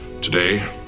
Today